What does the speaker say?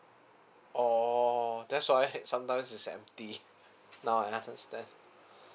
orh that's why sometimes it's empty now I understand